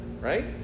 right